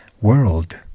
world